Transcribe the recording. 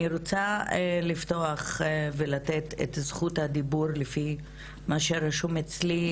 אני רוצה לפתוח ולתת את זכות הדיבור לפי מה שרשום אצלי,